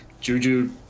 Juju